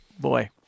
boy